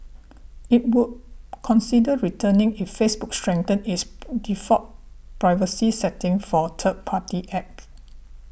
it would consider returning if Facebook strengthens its default privacy settings for third party apps